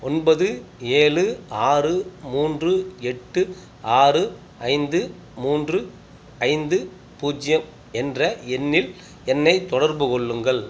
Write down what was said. ஒன்பது ஏழு ஆறு மூன்று எட்டு ஆறு ஐந்து மூன்று ஐந்து பூஜ்ஜியம் என்ற எண்ணில் என்னைத் தொடர்பு கொள்ளுங்கள்